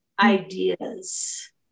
ideas